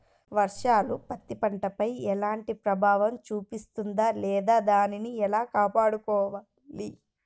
వర్షాలు పత్తి పంటపై ఎలాంటి ప్రభావం చూపిస్తుంద లేదా దానిని ఎలా కాపాడుకోవాలి?